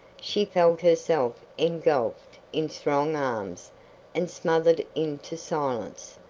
she felt herself engulfed in strong arms and smothered into silence.